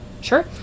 Sure